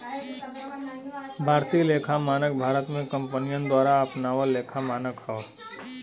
भारतीय लेखा मानक भारत में कंपनियन द्वारा अपनावल लेखा मानक हौ